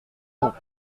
mons